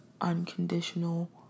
unconditional